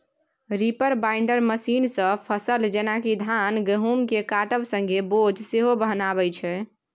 reaper binder मशीनसँ फसल जेना कि धान गहुँमकेँ काटब संगे बोझ सेहो बन्हाबै छै